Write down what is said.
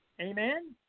amen